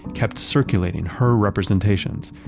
kept circulating her representations,